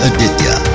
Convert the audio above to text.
Aditya